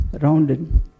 rounded